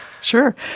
Sure